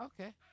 Okay